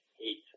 hate